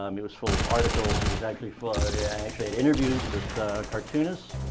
um it was full of articles. it was actually full. i actually had interviews with cartoonists.